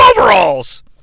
overalls